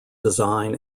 design